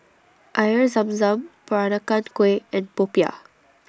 Air Zam Zam Peranakan Kueh and Popiah